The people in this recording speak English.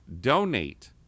donate